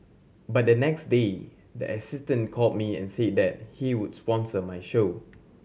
but the next day the assistant called me and said that he would sponsor my show